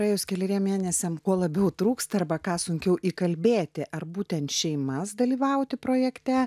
praėjus keleriems mėnesiams kuo labiau trūksta arba ką sunkiau įkalbėti ar būtent šeimas dalyvauti projekte